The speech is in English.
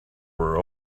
were